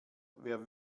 wer